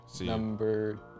number